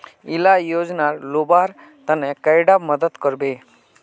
इला योजनार लुबार तने कैडा मदद करबे?